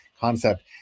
concept